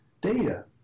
data